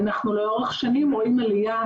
אנחנו לאורך שנים רואים עלייה